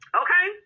okay